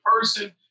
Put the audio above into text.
person